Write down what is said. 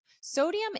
Sodium